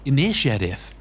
Initiative